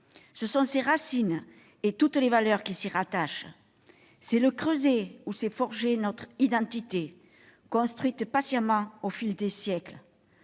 ce sont ses racines et toutes les valeurs qui s'y rattachent ; elle est le creuset où s'est forgée notre identité, construite patiemment au fil des siècles.